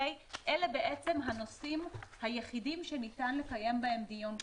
אלה הנושאים היחידים שניתן לקיים בהם דיון כרגע.